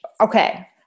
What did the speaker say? okay